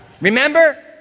Remember